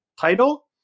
title